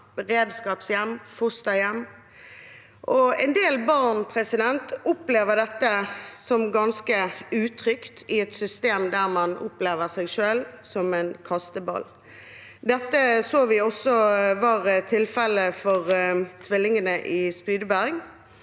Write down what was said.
beredskapshjem og fosterhjem, og en del barn opplever dette som ganske utrygt i et system der man opplever seg selv som en kasteball. Dette så vi også var tilfellet for tvillingene i Spydeberg,